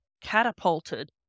catapulted